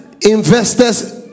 investors